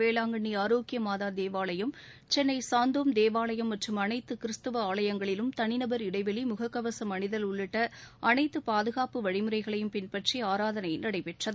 வேளாங்கண்ணி ஆரோக்கிய மாதா தேவாலயம் சென்னை சாந்தோம் தேவாலயம் மற்றும் அனைத்த கிறிஸ்தவ ஆலயங்களிலும் தளிநபர் இடைவெளி முகக்கவசம் அணிதல் உள்ளிட்ட அனைத்து பாதகாப்பு வழிமுறைகளை பின்பற்றி ஆராதனை நடைபெற்றது